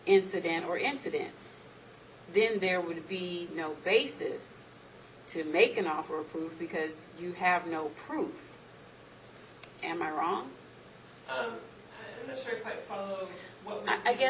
incident or incidents then there would be no basis to make an offer proof because you have no proof am i wrong oh well i guess